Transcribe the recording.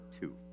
two